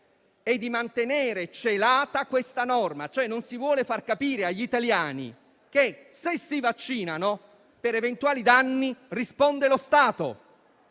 è di mantenere celata questa norma. Il Governo, cioè, non vuole far capire agli italiani che, se si vaccinano, per eventuali danni risponde lo Stato.